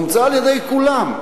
אומצה על-ידי כולם.